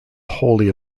wholly